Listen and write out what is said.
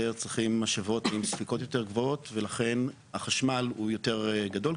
צריכים משאבות עם ספיקות יותר גבוהות ולכן החשמל יותר גדול.